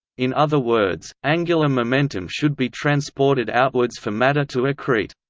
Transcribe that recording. in other words, angular momentum should be transported outwards for matter to accrete.